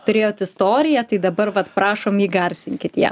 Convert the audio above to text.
turėjot istoriją tai dabar vat prašom įgarsinkit ją